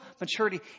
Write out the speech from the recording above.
maturity